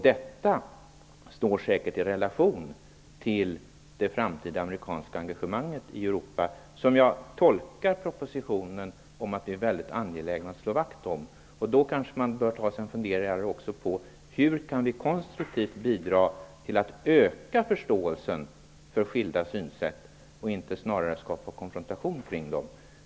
Detta står säkert i relation till det framtida amerikanska engagemanget i Europa. Jag tolkar propositionen så, att det är väldigt angeläget att slå vakt om det. Därför kanske man bör ta sig en funderare också på hur vi konstruktivt kan bidra till att öka förståelsen för skilda synsätt, inte skapa konfrontation kring dem.